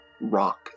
rock